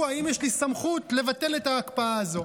אם יש לי סמכות לבטל את ההקפאה הזו.